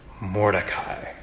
Mordecai